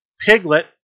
Piglet